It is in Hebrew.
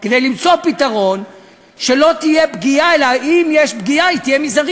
כדי למצוא פתרון שלא תהיה פגיעה, ואם תהיה פגיעה,